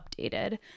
updated